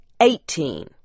eighteen